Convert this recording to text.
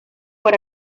por